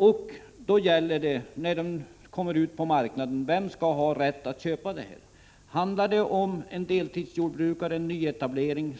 När den marken kommer ut på marknaden gäller det vem som skall ha rätt att köpa den. Skall det bli en deltidsjordbrukare som vill göra en nyetablering